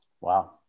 wow